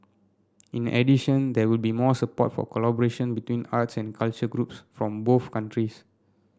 in addition there will be more support for collaboration between arts and culture groups from both countries